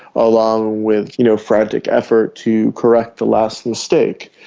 along with you know frantic efforts to correct the last mistake.